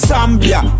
Zambia